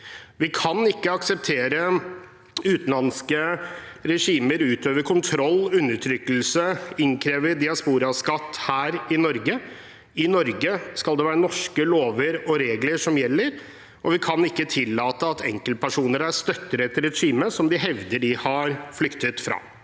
Vi kan ikke akseptere at utenlandske regimer utøver kontroll, undertrykkelse og innkrever diasporaskatt her i Norge. I Norge skal det være norske lover og regler som gjelder, og vi kan ikke tillate at enkeltpersoner her støtter et regime som de hevder at de har flyktet fra.